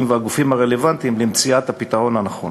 והגופים הרלוונטיים למציאת הפתרון הנכון